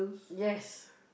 yes